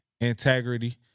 Integrity